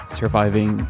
surviving